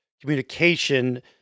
communication